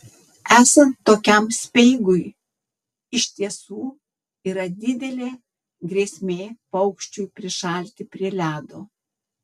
esant tokiam speigui iš tiesų yra didelė grėsmė paukščiui prišalti prie ledo